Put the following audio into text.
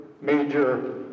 major